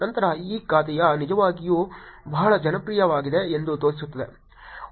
ನಂತರ ಈ ಖಾತೆಯು ನಿಜವಾಗಿಯೂ ಬಹಳ ಜನಪ್ರಿಯವಾಗಿದೆ ಎಂದು ತೋರಿಸುತ್ತದೆ